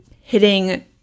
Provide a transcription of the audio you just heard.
hitting